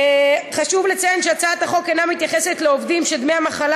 חשוב לציין שהצעת החוק אינה מתייחסת לעובדים שדמי המחלה